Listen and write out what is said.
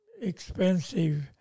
expensive